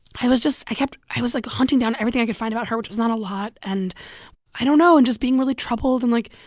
i was just i kept i was, like, hunting down everything i could find about her, which was not a lot and i don't know, and just being really troubled and, like,